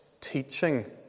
teaching